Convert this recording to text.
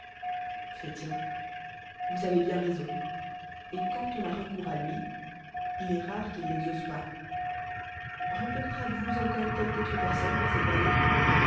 vom avez bien f oison et quand on a recours à lui il est rare qn'il n'exauce pas rencontrbeavous encore qnelqdautre personne dans cette vallée